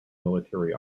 military